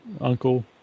uncle